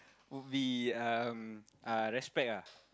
would be um uh respect ah